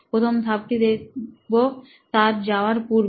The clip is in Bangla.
প্রথম ধাপটি দেখবো তাঁর যাওয়ার পূর্বে